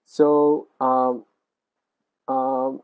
so um um